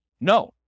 No